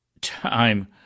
time